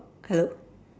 hello